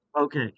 Okay